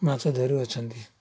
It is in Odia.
ମାଛ ଧରୁଅଛନ୍ତି